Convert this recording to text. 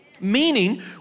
Meaning